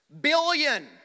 Billion